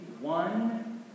one